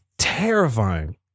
terrifying